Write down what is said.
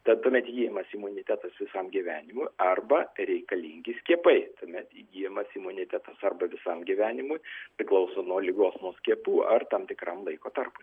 tad tuomet įgyjamas imunitetas visam gyvenimui arba reikalingi skiepai tuomet įgyjamas imunitetas arba visam gyvenimui priklauso nuo ligos nuo skiepų ar tam tikram laiko tarpui